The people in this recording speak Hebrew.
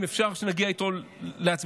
אם אפשר שנגיע איתו להצבעה,